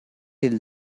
till